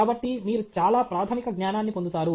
కాబట్టి మీరు చాలా ప్రాథమిక జ్ఞానాన్ని పొందుతారు